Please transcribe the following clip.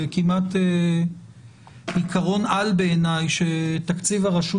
זה כמעט עקרון-על בעיניי שתקציב הרשות